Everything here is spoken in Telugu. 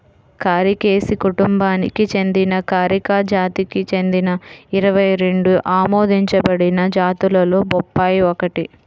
కారికేసి కుటుంబానికి చెందిన కారికా జాతికి చెందిన ఇరవై రెండు ఆమోదించబడిన జాతులలో బొప్పాయి ఒకటి